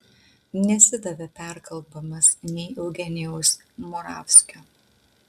nesidavė perkalbamas nei eugenijaus moravskio